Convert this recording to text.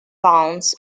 towns